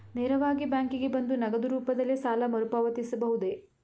ನೇರವಾಗಿ ಬ್ಯಾಂಕಿಗೆ ಬಂದು ನಗದು ರೂಪದಲ್ಲೇ ಸಾಲ ಮರುಪಾವತಿಸಬಹುದೇ?